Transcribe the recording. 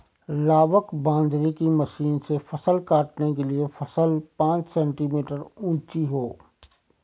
लावक बांधने की मशीन से फसल काटने के लिए फसल पांच सेंटीमीटर ऊंची हो